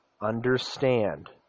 understand